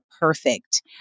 perfect